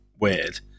weird